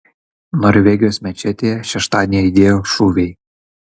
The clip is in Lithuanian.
norvegijos mečetėje šeštadienį aidėjo šūviai